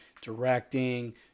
directing